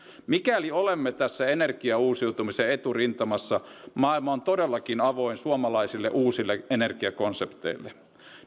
mikäli olemme tässä energiauusiutumisen eturintamassa maailma on todellakin avoin suomaisille uusille energiakonsepteille